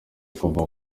kuva